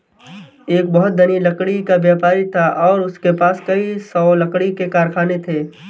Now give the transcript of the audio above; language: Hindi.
एक बहुत धनी लकड़ी का व्यापारी था और उसके पास कई सौ लकड़ी के कारखाने थे